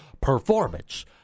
performance